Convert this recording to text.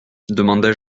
demandai